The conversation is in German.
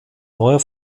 neuer